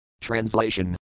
Translation